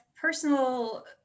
personal